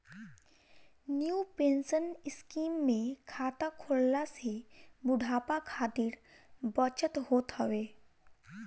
new pension scheme में खाता खोलला से बुढ़ापा खातिर बचत होत हवे